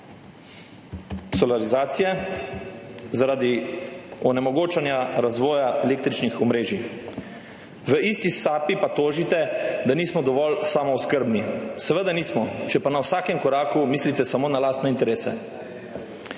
solarizacije zaradi onemogočenja razvoja električnih omrežij. V isti sapi pa tožite, da nismo dovolj samooskrbni. Seveda nismo, če pa na vsakem koraku mislite samo na lastne interese.